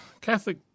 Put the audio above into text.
Catholic